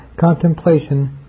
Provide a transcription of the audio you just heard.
contemplation